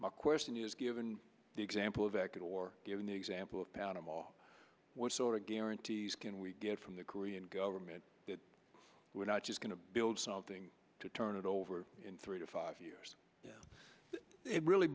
the question is given the example of a kid or give an example of panama what sort of guarantees can we get from the korean government that we're not just going to build something to turn it over in three to five years it really